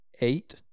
eight